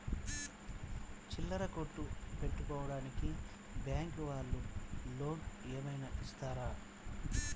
చిల్లర కొట్టు పెట్టుకోడానికి బ్యాంకు వాళ్ళు లోన్ ఏమైనా ఇస్తారా?